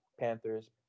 Panthers